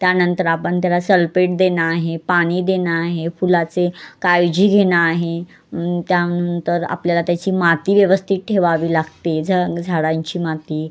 त्यानंतर आपण त्याला सलपेट देणं आहे पाणी देणं आहे फुलाचे काळजी घेणं आहे त्यानंतर आपल्याला त्याची माती व्यवस्थित ठेवावी लागते झ झाडांची माती